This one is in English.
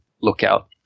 lookout